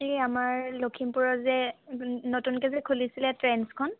এই আমাৰ লখিমপুৰৰ যে নতুনকৈ যে খুলিছিলে ট্ৰেণ্ডছখন